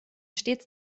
stets